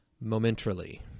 momentarily